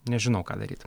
nežinau ką daryt